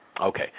Okay